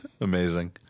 amazing